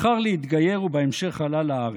הוא בחר להתגייר, ובהמשך עלה לארץ.